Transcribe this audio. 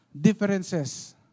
differences